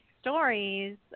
stories